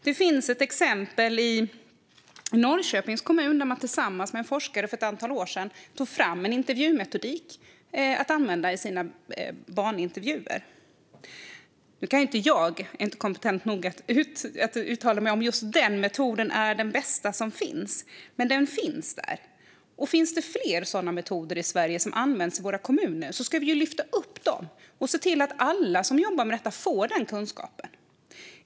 Det finns ett exempel i Norrköpings kommun där man tillsammans med en forskare för ett antal år sedan tog fram en intervjumetodik att använda i sina barnintervjuer. Nu är jag inte kompetent nog att uttala mig om just den metoden är den bästa som finns, men den finns där, och om det finns fler sådana metoder i Sverige som används i våra kommuner ska vi lyfta upp dem och se till att alla som jobbar med detta får den kunskapen.